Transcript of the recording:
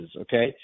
Okay